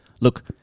look